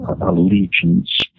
allegiance